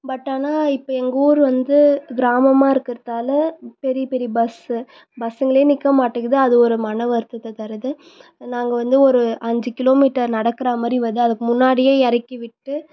but ஆனால் இப்போ எங்கள் ஊர் வந்து கிராமமாக இருக்கிறதால பெரிய பெரிய பஸ்ஸு பஸ்ஸுங்களே நிற்க மாட்டேக்கிது அது ஒரு மனவருத்தத்தை தருது நாங்கள் வந்து ஒரு அஞ்சு கிலோமீட்டர் நடக்கிறா மாதிரி வருது அதுக்கு முன்னாடியே இறக்கி விட்டு